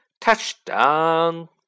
Touchdown